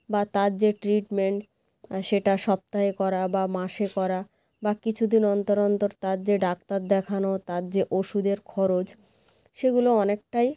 বা তার যে ট্রিটমেন্ট সেটা সপ্তাহে করা বা মাসে করা বা কিছু দিন অন্তর অন্তর তার যে ডাক্তার দেখানো তার যে ওষুধের খরচ সেগুলো অনেকটাই